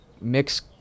mix